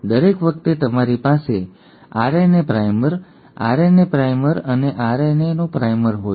દરેક વખતે તમારી પાસે આરએનએ પ્રાઇમર આરએનએ પ્રાઇમર અને આરએનએ પ્રાઇમર હોય છે